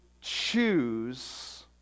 choose